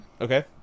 okay